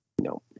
No